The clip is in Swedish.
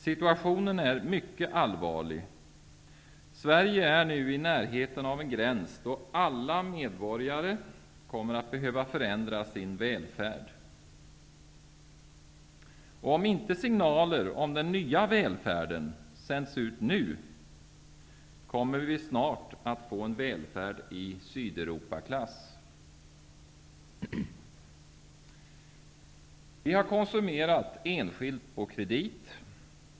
Situa tionen är mycket allvarlig. Sverige är i närheten av en gräns då alla medborgare kommer att be höva förändra sin välfärd. Om inte signaler om den nya välfärden sänds ut nu, kommer vi snart att få en välfärd i Sydeuropaklass. Vi har konsumerat enskilt på kredit.